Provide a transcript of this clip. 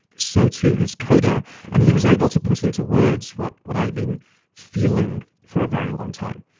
so too has coda and he was able to put into words what what i had been feeling for a very long time.